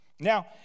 Now